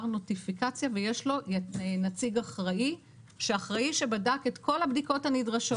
נוטיפיקציה ויש לו נציג אחראי שאחראי שבדק את כל הבדיקות הנדרשות.